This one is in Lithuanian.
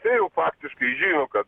jisai faktiškai žinojo kad